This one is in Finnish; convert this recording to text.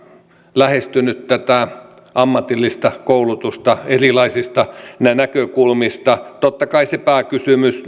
lähestynyt tätä ammatillista koulutusta erilaisista näkökulmista totta kai se pääkysymys